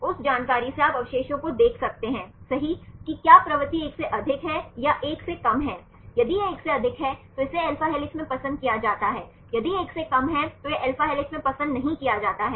उस जानकारी से आप अवशेषों को देख सकते हैं सही कि क्या प्रवृत्ति एक से अधिक है या 1 से कम है यदि यह 1 से अधिक है तो इसे अल्फा हेलिक्स में पसंद किया जाता है यदि 1 से कम है तो यह अल्फा हेलिक्स में पसंद नहीं किया जाता है